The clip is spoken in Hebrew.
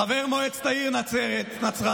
חבר מועצת העיר נצרת,